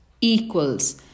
equals